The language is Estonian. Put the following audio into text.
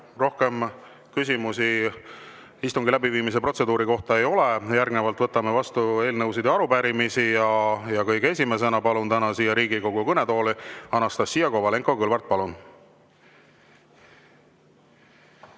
rohkem küsimusi istungi läbiviimise protseduuri kohta ei ole. Järgnevalt võtame vastu eelnõusid ja arupärimisi. Kõige esimesena palun täna siia Riigikogu kõnetooli Anastassia Kovalenko-Kõlvarti. Palun!